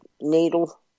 needle